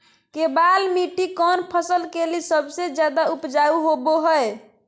केबाल मिट्टी कौन फसल के लिए सबसे ज्यादा उपजाऊ होबो हय?